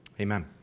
Amen